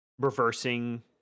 reversing